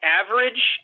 average